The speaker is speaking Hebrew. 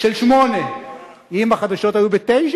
של 20:00. של 20:00. אם החדשות היו ב-21:00,